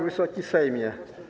Wysoki Sejmie!